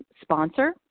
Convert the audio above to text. sponsor